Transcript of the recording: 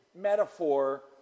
metaphor